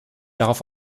darauf